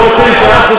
זה לא נכון.